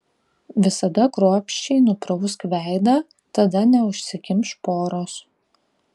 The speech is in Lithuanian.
visada kruopščiai nuprausk veidą tada neužsikimš poros